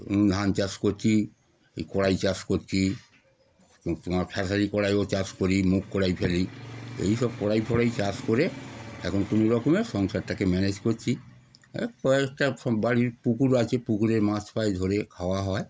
ধান চাষ করছি এই কড়াই চাষ করছি তোমার খেসারি কড়াইও চাষ করি মুখ কড়াই ফেলি এই সব কড়াই ফড়াই চাষ করে এখন কোনো রকমের সংসারটাকে ম্যানেজ করছি কয়েকটা সব বাড়ির পুকুর আছে পুকুরের মাছ ফাছ ধরে খাওয়া হয়